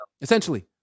essentially